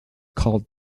called